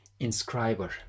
inscriber